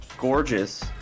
gorgeous